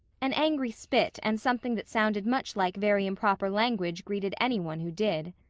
an angry spit and something that sounded much like very improper language greeted any one who did.